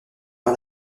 par